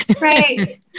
Right